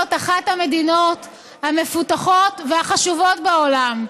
אחת המדינות המפותחות והחשובות בעולם,